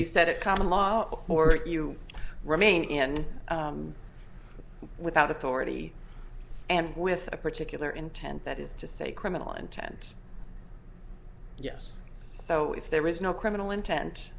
be set at common law or more you remain in without authority and with a particular intent that is to say criminal intent yes so if there is no criminal intent